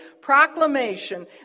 proclamation